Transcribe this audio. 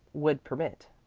would permit.